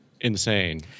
insane